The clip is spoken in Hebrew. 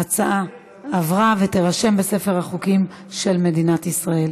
ההצעה עברה ותירשם בספר החוקים של מדינת ישראל.